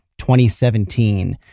2017